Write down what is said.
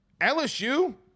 LSU –